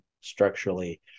structurally